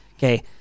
Okay